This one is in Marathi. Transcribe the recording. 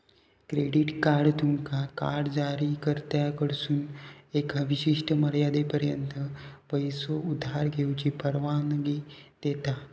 क्रेडिट कार्ड तुमका कार्ड जारीकर्त्याकडसून एका विशिष्ट मर्यादेपर्यंत पैसो उधार घेऊची परवानगी देता